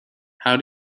how